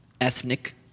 ethnic